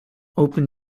open